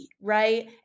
right